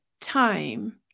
time